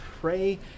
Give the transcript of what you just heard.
pray